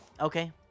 Okay